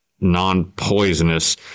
non-poisonous